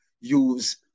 use